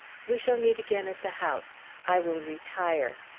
we shall meet again at the house. i will retire.